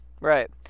Right